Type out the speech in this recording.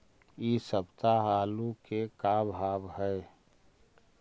इ सप्ताह आलू के का भाव है?